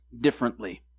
differently